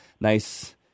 nice